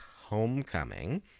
homecoming